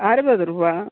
அறுபது ரூவா